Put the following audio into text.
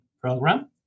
program